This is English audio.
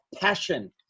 passion